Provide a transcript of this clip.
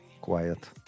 Quiet